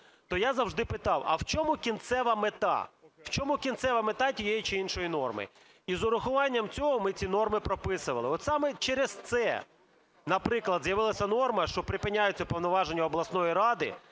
то я завжди питав, а в чому кінцева мета, в чому кінцева мета тієї чи іншої норми? І з урахуванням цього ми ці норми прописували. От саме через це, наприклад, з'явилася норма, що припиняються повноваження обласної ради,